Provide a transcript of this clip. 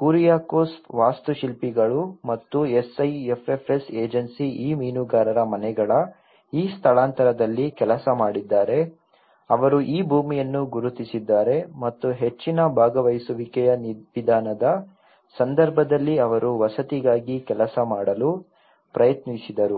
ಕುರಿಯಾಕೋಸ್ ವಾಸ್ತುಶಿಲ್ಪಿಗಳು ಮತ್ತು SIFFS agency ಈ ಮೀನುಗಾರರ ಮನೆಗಳ ಈ ಸ್ಥಳಾಂತರದಲ್ಲಿ ಕೆಲಸ ಮಾಡಿದ್ದಾರೆ ಅವರು ಈ ಭೂಮಿಯನ್ನು ಗುರುತಿಸಿದ್ದಾರೆ ಮತ್ತು ಹೆಚ್ಚಿನ ಭಾಗವಹಿಸುವಿಕೆಯ ವಿಧಾನದ ಸಂದರ್ಭದಲ್ಲಿ ಅವರು ವಸತಿಗಾಗಿ ಕೆಲಸ ಮಾಡಲು ಪ್ರಯತ್ನಿಸಿದರು